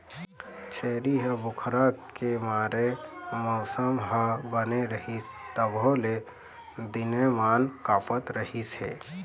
छेरी ह बुखार के मारे मउसम ह बने रहिस तभो ले दिनेमान काँपत रिहिस हे